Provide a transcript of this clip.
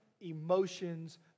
emotions